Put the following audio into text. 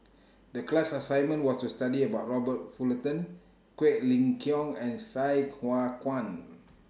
The class assignment was to study about Robert Fullerton Quek Ling Kiong and Sai Hua Kuan